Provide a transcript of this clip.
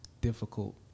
difficult